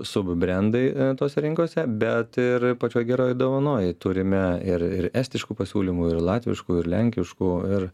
sup brendai tose rinkose bet ir pačioj geroj dovanoj turime ir ir estiškų pasiūlymų ir latviškų ir lenkiškų ir